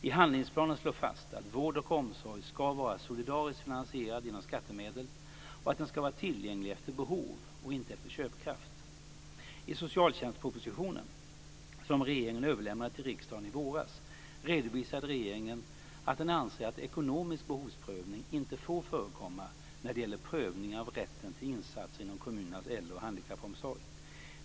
I handlingsplanen slås fast att vård och omsorg ska vara solidariskt finansierad genom skattemedel och att den ska vara tillgänglig efter behov och inte efter köpkraft. I socialtjänstpropositionen, som regeringen överlämnade till riksdagen i våras, redovisade regeringen att den anser att ekonomisk behovsprövning inte får förekomma när det gäller prövning av rätten till insatser inom kommunernas äldre och handikappomsorg.